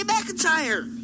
McIntyre